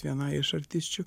vienai iš artisčių